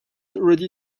ready